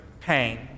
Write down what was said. pain